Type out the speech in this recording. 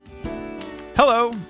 Hello